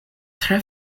tre